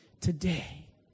Today